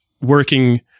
working